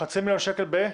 חצי מיליון שקל ב-?